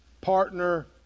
partner